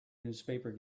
newspaper